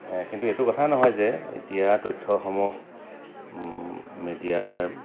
কিন্তু এইটো কথা নহয় যে এতিয়া তথ্যসমূহ মিডিয়াৰ